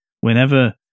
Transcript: whenever